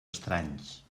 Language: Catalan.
estranys